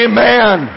Amen